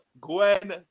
Gwen